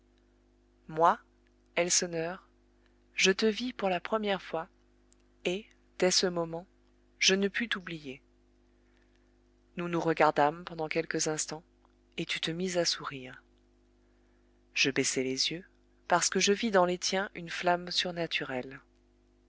moi elseneur je te vis pour la première fois et dès ce moment je ne pus t'oublier nous nous regardâmes pendant quelques instants et tu te mis à sourire je baissais les yeux parce que je vis dans les tiens une flamme surnaturelle